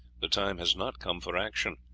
the time has not come for action.